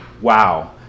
wow